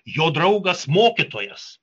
jo draugas mokytojas